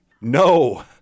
No